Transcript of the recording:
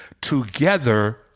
together